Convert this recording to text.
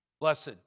Blessed